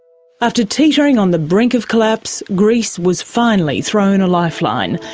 after teetering on the brink of collapse, greece was finally thrown a lifeline,